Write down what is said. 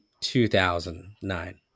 2009